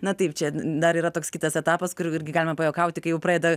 na taip čia dar yra toks kitas etapas kur irgi galima pajuokauti kai jau pradeda